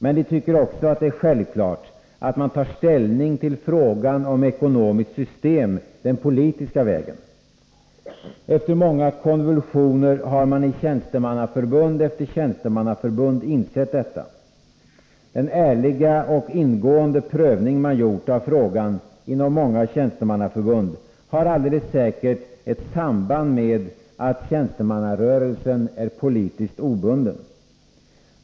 Men de tycker också att det är självklart att man tar ställning till frågan om ekonomiskt system den politiska vägen. Efter många konvulsioner har man i tjänstemannaförbund efter tjänstemannaförbund insett detta. Den ärliga och ingående prövning man gjort av frågan inom många tjänstemannaförbund har alldeles säkert ett samband med att tjänstemannarörelsen är politiskt obunden.